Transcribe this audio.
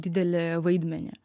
didelį vaidmenį